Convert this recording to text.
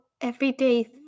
everyday